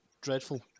dreadful